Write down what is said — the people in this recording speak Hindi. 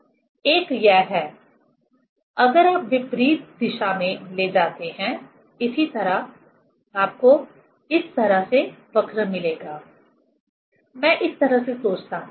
एक यह हैअगर आप विपरीत दिशा में ले जाते हैं इसी तरह आपको इस तरह से वक्र मिलेगा मैं इस तरह से सोचता हूं